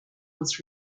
was